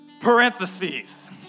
parentheses